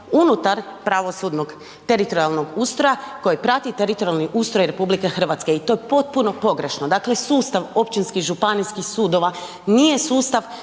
unutar pravosudnog teritorijalnog ustroja koji prati teritorijalni ustroj RH i to je potpuno pogrešno. Dakle sustav općinskih i županijskih sudova nije sustav